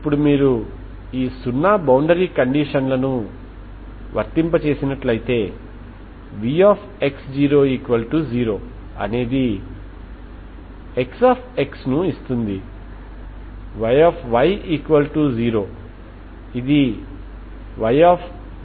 ఇప్పుడు మీరు ఈ సున్నా బౌండరీ కండిషన్లను వర్తిస్తే vx00 అనేది Xx ను ఇస్తుంది